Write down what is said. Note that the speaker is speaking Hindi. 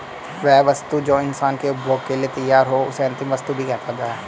वह वस्तु जो इंसान के उपभोग के लिए तैयार हो उसे अंतिम वस्तु भी कहा जाता है